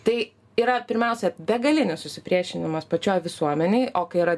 tai yra pirmiausia begalinis susipriešinimas pačioj visuomenėj o kai yra